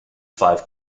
five